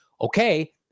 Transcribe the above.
okay